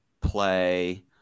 play